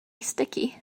sticky